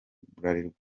bralirwa